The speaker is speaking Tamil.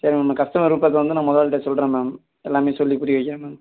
சரி மேம் கஸ்டமர் விருப்பத்தை வந்து நான் முதலாளிட்ட சொல்கிறேன் மேம் எல்லாம் சொல்லி புரிய வைக்கிறேன் மேம்